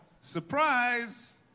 Surprise